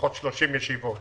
לפחות 30 ישיבות